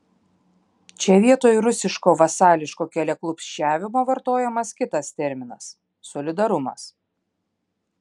čia vietoj rusiško vasališko keliaklupsčiavimo vartojamas kitas terminas solidarumas